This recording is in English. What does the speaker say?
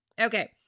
Okay